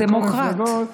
בכל המפלגות,